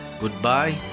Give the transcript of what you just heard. Goodbye